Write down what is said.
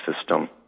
system